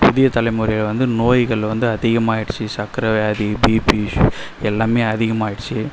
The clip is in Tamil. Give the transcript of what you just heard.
புதிய தலைமுறையில் வந்து நோய்கள் வந்து அதிகமாயிடுச்சு சர்க்கரை வியாதி பீபி ஷுகர் எல்லாமே அதிகமாயிடுச்சு